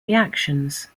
reactions